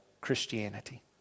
Christianity